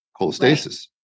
cholestasis